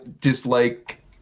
dislike